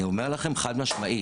אני אומר לכם חד-משמעית,